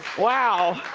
wow,